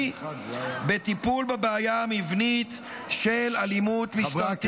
בטיפול בבעיה המבנית של אלימות משטרתית.